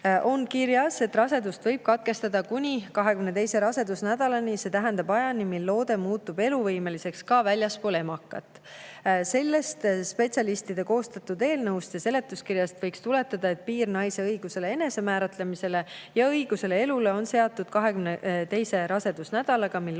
oli kirjas, et rasedust võib katkestada kuni 22. rasedusnädalani, see tähendab ajani, mil loode muutub eluvõimeliseks ka väljaspool emakat. Sellest spetsialistide koostatud eelnõust ja seletuskirjast võiks tuletada, et piir naise enesemääratlemise õigusele ja loote õigusele elule on seatud 22. rasedusnädalale, mil